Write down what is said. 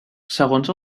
segons